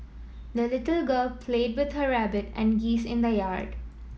the little girl played with her rabbit and geese in the yard